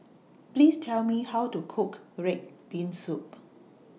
Please Tell Me How to Cook Red Bean Soup